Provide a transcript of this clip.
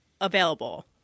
available